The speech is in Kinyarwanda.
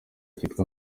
cyitwa